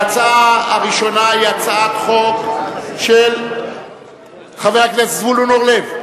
ההצעה הראשונה היא הצעת חוק של חבר הכנסת זבולון אורלב,